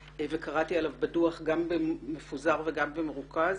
וקראתי עליו בדוח גם במפוזר וגם במרוכז,